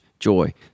joy